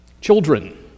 Children